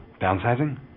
Downsizing